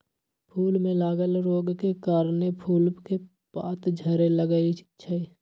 फूल में लागल रोग के कारणे फूल के पात झरे लगैए छइ